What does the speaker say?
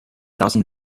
thousand